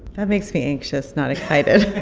that makes me anxious not excited